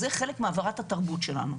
זה חלק מהתרבות שלנו.